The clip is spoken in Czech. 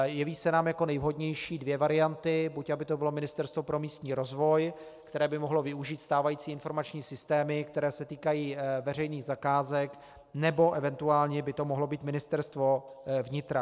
Jeví se nám jako nejvhodnější dvě varianty: buď aby to bylo Ministerstvo pro místní rozvoj, které by mohlo využít stávající informační systémy, které se týkají veřejných zakázek, nebo eventuálně by to mohlo být Ministerstvo vnitra.